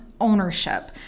ownership